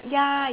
ya